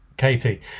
Katie